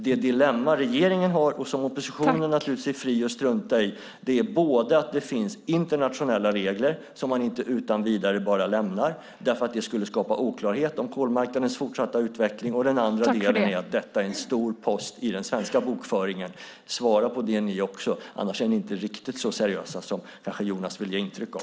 Det dilemma som regeringen har, och som oppositionen är fri att strunta i, är att det finns internationella regler som man inte utan vidare lämnar. Det skulle skapa oklarhet om kolmarknadens fortsatta utveckling. Det andra är att detta är en stor post i den svenska bokföringen. Svara på det också, annars är ni inte riktigt så seriösa som kanske Jonas Sjöstedt vill ge intryck av.